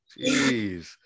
Jeez